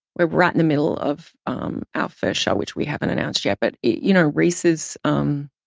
we're right in the middle of um our first show, which we haven't announced yet. but, you know, reese is, um